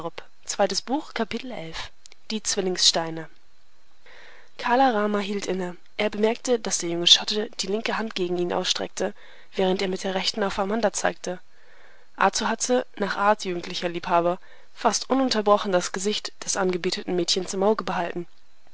die zwillingssteine kala rama hielt inne er bemerkte daß der junge schotte die linke hand gegen ihn ausstreckte während er mit der rechten auf amanda zeigte arthur hatte nach art jugendlicher liebhaber fast ununterbrochen das gesicht des angebeteten mädchens im auge behalten